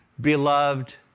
beloved